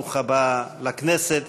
ברוך הבא לכנסת.